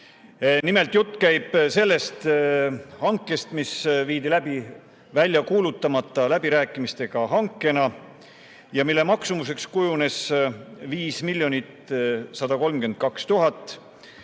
Nimelt, jutt käib sellest hankest, mis viidi läbi välja kuulutamata läbirääkimistega hankena ja mille maksumuseks kujunes 5 132 000 eurot.